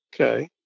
Okay